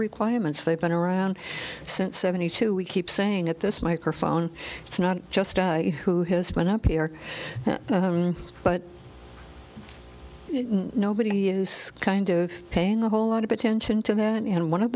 requirements they've been around since seventy two we keep saying at this microphone it's not just you who has been up here but nobody is kind of paying a whole lot of attention to that and one of